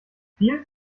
viel